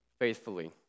faithfully